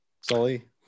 Sully